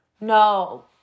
No